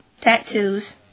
tattoos